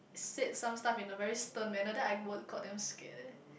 said some stuff in a very stern manner then I were got damn scared leh